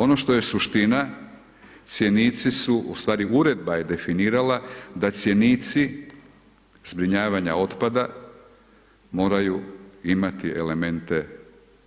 Ono što je suština, cjenici su, ustvari uredba je definirala da cjenici zbrinjavanja otpada moraju imati elemente